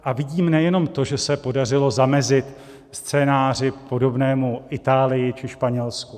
A vidím nejenom to, že se podařilo zamezit scénáři podobnému Itálii či Španělsku.